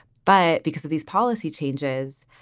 but because of these policy changes,